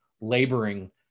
laboring